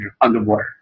underwater